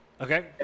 Okay